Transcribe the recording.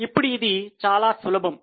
ఇప్పుడు ఇది చాలా సులభం